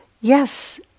Yes